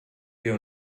wir